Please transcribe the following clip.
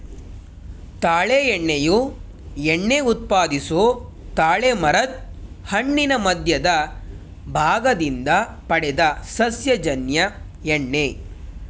ತಾಳೆ ಎಣ್ಣೆಯು ಎಣ್ಣೆ ಉತ್ಪಾದಿಸೊ ತಾಳೆಮರದ್ ಹಣ್ಣಿನ ಮಧ್ಯದ ಭಾಗದಿಂದ ಪಡೆದ ಸಸ್ಯಜನ್ಯ ಎಣ್ಣೆ